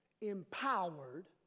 empowered